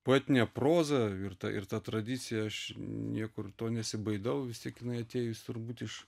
poetine proza ir ta ir ta tradicija aš niekur to nesibaidau vis tiek jinai atėjus turbūt iš